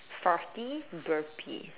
farty burpy